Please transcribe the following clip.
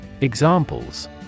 Examples